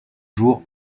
jour